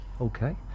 okay